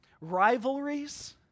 Rivalries